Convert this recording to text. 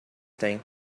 thing